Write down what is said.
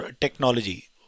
technology